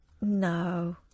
No